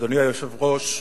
אדוני היושב-ראש,